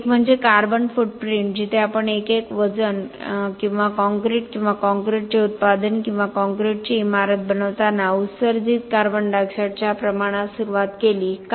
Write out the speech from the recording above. एक म्हणजे carbon footprint जिथे आपण एकक वजन किंवा कॉंक्रिट किंवा कॉंक्रिटचे उत्पादन किंवा कॉंक्रिटची इमारत बनवताना उत्सर्जित कार्बन डायऑक्साइड च्या प्रमाणात सुरुवात केली का